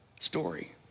story